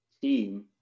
team